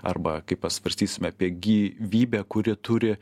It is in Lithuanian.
arba kai pasvarstysime apie gyvybę kuri turi